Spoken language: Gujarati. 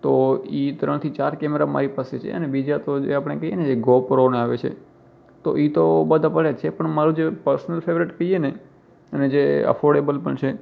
તો એ ત્રણ થી ચાર કૅમેરા મારી પાસે છે અને બીજા તો જે આપણે કહીએ ને જે ગોપ્રોન આવે છે તો એ તો બધા પડ્યા જ છે પણ મારું જે પર્સનલ ફેવરિટ કહીએ ને અને જે અફૉર્ડેબલ પણ છે